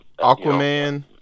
Aquaman